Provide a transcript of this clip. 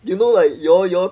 you know like you all you all